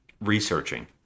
researching